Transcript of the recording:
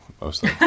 mostly